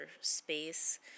space